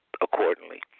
accordingly